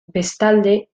bestalde